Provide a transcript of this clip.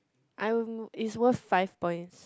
I'm it's worth five points